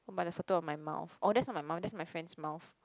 oh by the photo of my mouth oh that's not my mouth that's my friend's mouth